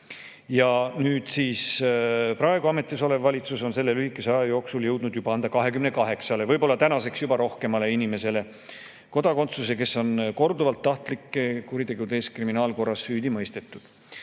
ühelegi, praegu ametis olev valitsus on selle lühikese aja jooksul jõudnud juba anda 28 – võib-olla tänaseks juba rohkemale – inimesele kodakondsuse, keda on korduvalt tahtlike kuritegude eest kriminaalkorras süüdi mõistetud.